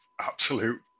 absolute